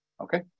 Okay